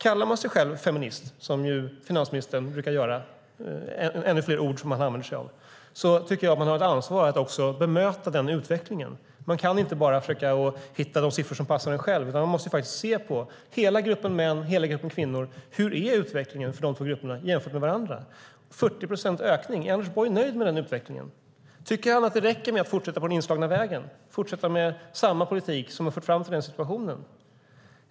Kallar man sig feminist - det brukar finansministern göra; det är ännu ett ord han använder sig av - tycker jag att man har ett ansvar att också bemöta denna utveckling. Man kan inte bara försöka hitta de siffror som passar en själv, utan man måste se på hela gruppen män och hela gruppen kvinnor: Hur är utvecklingen för dessa två grupper jämfört med varandra? Det är en 40-procentig ökning. Är Anders Borg nöjd med denna utveckling? Tycker han att det räcker med att fortsätta på den inslagna vägen och fortsätta med samma politik som har fört oss fram till denna situation?